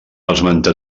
esmentar